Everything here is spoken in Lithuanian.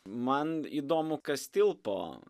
man įdomu kas tilpo